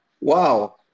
Wow